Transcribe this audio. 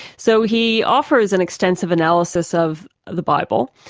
so he offers an extensive analysis of the bible,